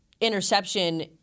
interception